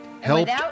helped